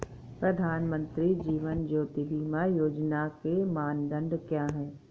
प्रधानमंत्री जीवन ज्योति बीमा योजना के मानदंड क्या हैं?